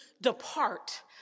depart